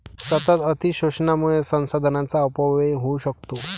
सतत अतिशोषणामुळे संसाधनांचा अपव्यय होऊ शकतो